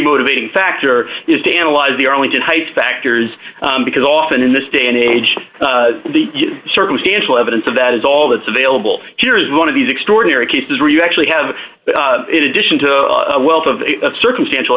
motivating factor is to analyze the arlington heights factors because often in this day and age the circumstantial evidence of that is all that's available here is one of these extraordinary cases where you actually have in addition to a wealth of a circumstantial